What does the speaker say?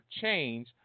change